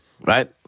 right